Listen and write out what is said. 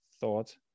thought